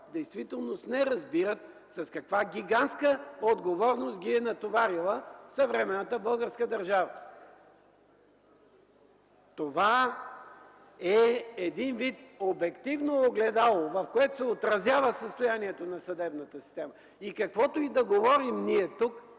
действителност не разбират с каква гигантска отговорност ги е натоварила съвременната българска държава. Това е един вид обективно огледало, в което се отразява състоянието на съдебната система и каквото и да говорим ние тук,